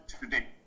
today